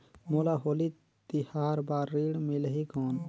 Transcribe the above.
मोला होली तिहार बार ऋण मिलही कौन?